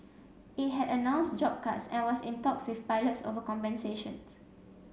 it had announced job cuts and was in talks with pilots over compensations